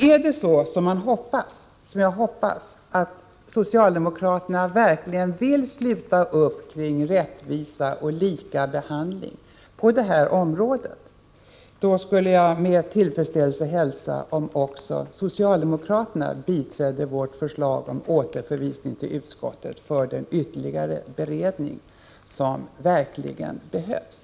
Är det så som jag hoppas, att socialdemokraterna verkligen vill sluta upp kring rättvisa och likabehandling på detta område, skulle jag med tillfredsställelse hälsa om också socialdemokraterna biträdde vårt förslag om återförvisning till utskottet för den ytterligare beredning som verkligen behövs.